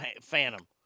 Phantom